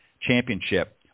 Championship